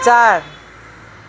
चार